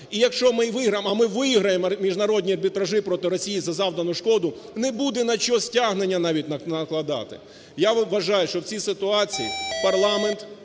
а ми виграємо міжнародні арбітражі проти Росії за завдану шкоду, не буде на що стягнення навіть накладати. Я вважаю, що в цій ситуації парламент